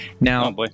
now